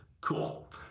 Cool